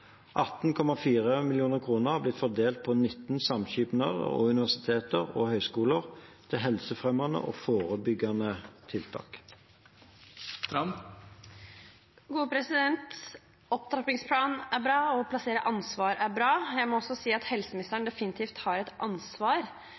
18,4 mill. kr har blitt fordelt på 19 samskipnader og universiteter og høyskoler til helsefremmende og forebyggende tiltak. Opptrappingsplan er bra, og å plassere ansvar er bra. Jeg må også si at helseministeren